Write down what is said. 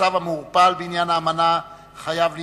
המצב המעורפל בעניין האמנה חייב להסתיים.